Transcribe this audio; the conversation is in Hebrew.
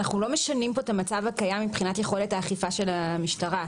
אנחנו לא משנים פה את המצב הקיים מבחינת יכולת האכיפה של המשטרה.